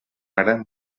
ara